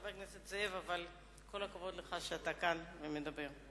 חבר כנסת זאב, כל הכבוד לך שאתה כאן ומדבר.